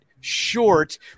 short